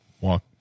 walk